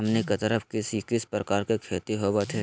हमनी के तरफ किस किस प्रकार के खेती होवत है?